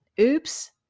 Oops